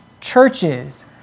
churches